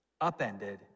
upended